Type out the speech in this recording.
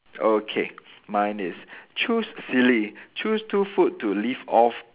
okay mine is choose silly choose two food to live off